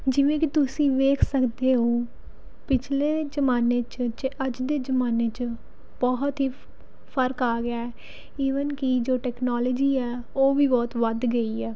ਜਿਵੇਂ ਕਿ ਤੁਸੀਂ ਵੇਖ ਸਕਦੇ ਹੋ ਪਿਛਲੇ ਜ਼ਮਾਨੇ 'ਚ ਜੇ ਅੱਜ ਦੇ ਜ਼ਮਾਨੇ 'ਚ ਬਹੁਤ ਹੀ ਫਰਕ ਆ ਗਿਆ ਈਵਨ ਕਿ ਜੋ ਟੈਕਨੋਲੋਜੀ ਆ ਉਹ ਵੀ ਬਹੁਤ ਵੱਧ ਗਈ ਹੈ